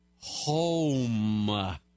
home